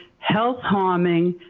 health harming,